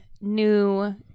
new